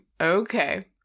Okay